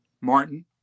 Martin